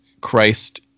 christ